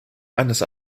eines